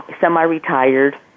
semi-retired